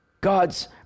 God's